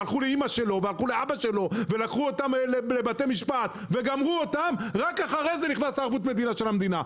לקחו אותם לבתי משפט וגמרו אותם רק אז נכנסת ערבות המדינה של המדינה.